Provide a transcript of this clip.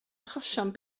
achosion